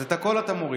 אז את הכול אתה מוריד.